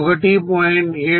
97 1